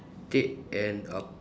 take and an